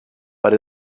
but